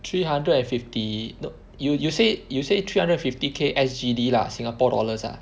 three hundred and fifty no you you say you say three hundred and fifty K S_G_D lah Singapore dollars ah